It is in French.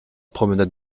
promenade